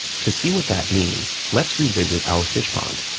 to see what that means, let's revisit our fish pond.